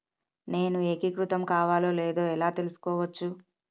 నేను ఏకీకృతం కావాలో లేదో ఎలా తెలుసుకోవచ్చు?